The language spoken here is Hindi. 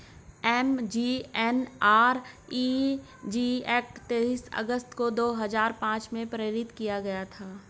एम.जी.एन.आर.इ.जी एक्ट तेईस अगस्त दो हजार पांच में पारित किया गया था